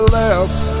left